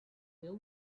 ill